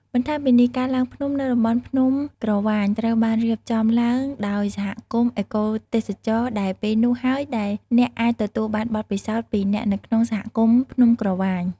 បន្ថែមពីនេះការឡើងភ្នំនៅតំបន់ភ្នំក្រវាញត្រូវបានរៀបចំឡើងដោយសហគមន៍អេកូទេសចរ ដែលពេលនោះហើយដែលអ្នកអាចទទួលបានបទពិសោធន៍ពីអ្នកនៅក្នុងសហគមន៍ភ្នំក្រវាញ។